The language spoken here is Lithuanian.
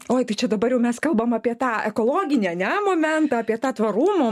oi tai čia dabar jau mes kalbame apie tą ekologinį ne momentą apie tą tvarumą